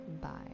Bye